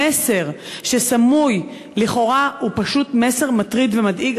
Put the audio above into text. המסר, הסמוי לכאורה, הוא פשוט מסר מטריד ומדאיג.